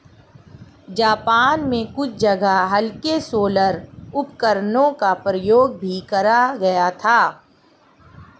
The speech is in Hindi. जापान में कुछ जगह हल्के सोलर उपकरणों का प्रयोग भी करा गया था